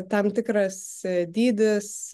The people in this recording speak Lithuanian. tam tikras dydis